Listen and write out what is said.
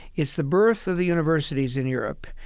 it's the birth of the universities in europe,